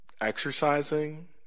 exercising